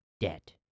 debt